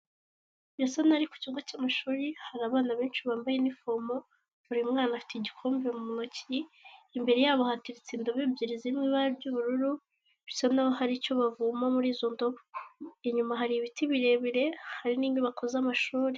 Birasa n'aho ari ku kigo cy'amashuri hari abana benshi bambaye inifomo, buri mwana afite igikombe mu ntoki, imbere yabo haturitse indobo ebyiri ziri mu ibara ry'ubururu, bisa n'aho hari icyo bavoma muri izo ndobo. Inyuma hari ibiti birebire hari n'inyubako z'amashuri.